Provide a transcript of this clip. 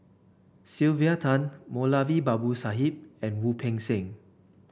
Sylvia Tan Moulavi Babu Sahib and Wu Peng Seng